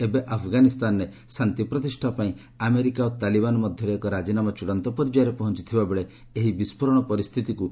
ଏବେ ଆଫଗାନିସ୍ତାନୀରେ ଶନ୍ତି ପ୍ରତିଷ୍ଠା ପାଇଁ ଆମେରିକା ଓ ତାଲିବାନ ମଧ୍ୟରେ ଏକ ରାଜିନାମା ଚଡ଼ାନ୍ତ ପର୍ଯ୍ୟାୟରେ ପହଞ୍ଚଥିବାବେଳେ ଏହି ବିସ୍ଫୋରଣ ପରିସ୍ଥିତିକୁ କଟିଳ କରିଛି